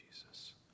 Jesus